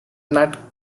net